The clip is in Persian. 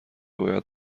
باید